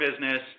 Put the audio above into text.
business